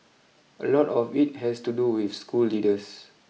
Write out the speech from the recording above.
a lot of it has to do with school leaders